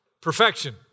Perfection